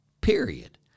period